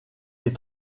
les